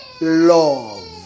love